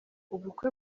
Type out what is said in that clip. ubukwe